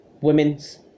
women's